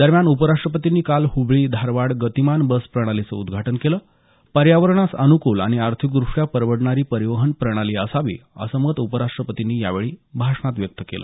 दरम्यान उपराष्ट्रपतींनी काल हुबळी धारवाड गतिमान बस प्रणालीचं उदघाटन केलं पर्यावरणास अनुकूल आणि अर्थिकदृष्टया परवडणारी परिवहन प्रणाली असावी असं मत उपराष्टपर्तींनी यावेळी केलेल्या भाषणातून व्यक्त केल